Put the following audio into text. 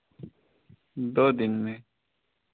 दो दिन में